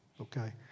okay